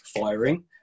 firing